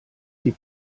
sie